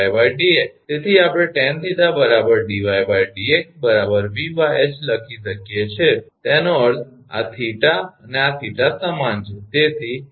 તેથી આપણે tan𝜃 𝑑𝑦𝑑𝑥 𝑉𝐻 લખી શકીએ છીએ તેનો અર્થ આ 𝜃 અને આ 𝜃 સમાન